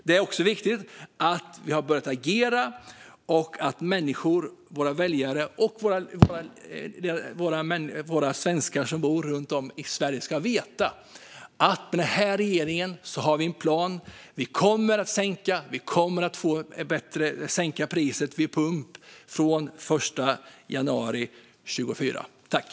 Det är också viktigt att vi har börjat agera och att människor, våra väljare och svenskar som bor runt om i Sverige, ska veta att denna regering har en plan. Vi kommer att sänka priset vid pump från den 1 januari 2024.